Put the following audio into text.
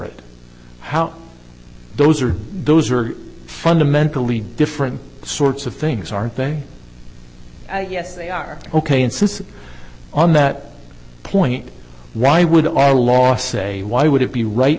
it how those are those are fundamentally different sorts of things aren't they yes they are ok and since on that point why would our law say why would it be right